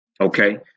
Okay